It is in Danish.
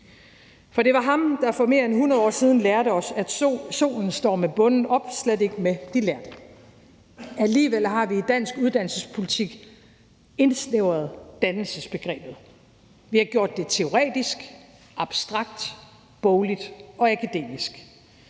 For det var ham, der for mere end 100 år siden lærte os, at solen står med bonden op, slet ikke med de lærde. Alligevel har vi i dansk uddannelsespolitik indsnævret dannelsesbegrebet. Vi har gjort det teoretisk, abstrakt, bogligt og akademisk.